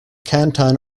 canton